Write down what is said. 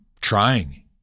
trying